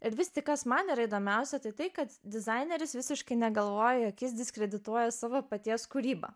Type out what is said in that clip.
ir vis tik kas man yra įdomiausia tai kad dizaineris visiškai negalvoja jog jis diskredituoja savo paties kūrybą